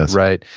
right?